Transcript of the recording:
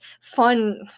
fun